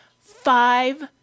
five